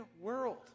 world